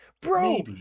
Bro